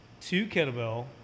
two-kettlebell